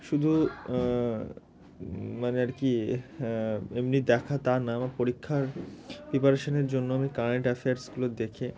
শুধু মানে আর কি এমনি দেখা তা না আমার পরীক্ষার প্রিপারেশনের জন্য আমি কারেন্ট অ্যাফেয়ার্সগুলো দেখি